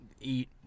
eat